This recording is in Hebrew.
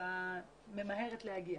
התוצאה ממהרת להגיע.